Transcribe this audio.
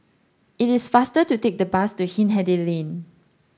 it is faster to take the bus to Hindhede Lane